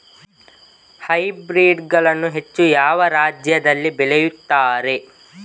Hybrid ಗಳನ್ನು ಹೆಚ್ಚು ಯಾವ ರಾಜ್ಯದಲ್ಲಿ ಬೆಳೆಯುತ್ತಾರೆ?